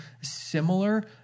similar